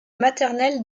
maternel